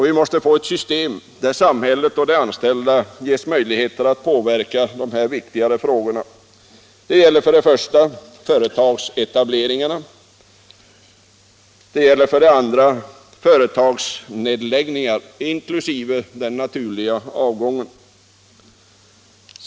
Vi måste få ett system där samhället och de anställda ges möjligheter att påverka dessa viktiga frågor. Det gäller för det första företagsetableringarna och för det andra företagsnedläggningarna inkl. den naturliga avgången.